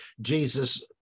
Jesus